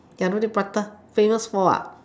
ya roti prata famous for what